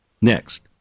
Next